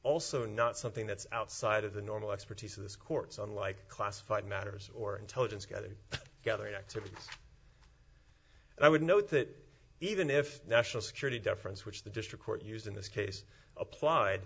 also not something that's outside of the normal expertise of this courts unlike classified matters or intelligence gathering gathering activity and i would note that even if national security deference which the district court used in this case applied